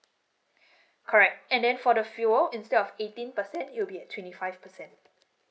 correct and then for the fuel instead of eighteen percent it'll be a twenty five percent